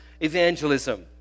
evangelism